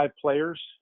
players